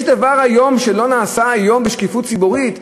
יש דבר שלא נעשה היום בשקיפות ציבורית?